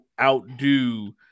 outdo